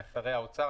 שרי האוצר,